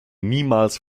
niemals